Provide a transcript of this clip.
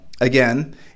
again